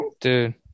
Dude